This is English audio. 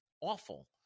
awful